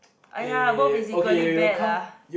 !aiya! both is equally bad lah